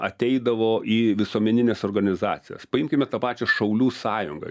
ateidavo į visuomenines organizacijas paimkime tą pačią šaulių sąjungą